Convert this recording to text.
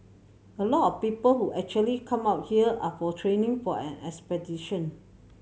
a lot of people who actually come out here are for training for an expedition